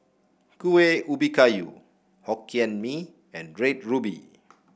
Kueh Ubi Kayu Hokkien Mee and Red Ruby